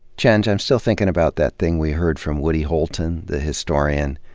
chenj, i'm still thinking about that thing we heard from woody holton, the historian,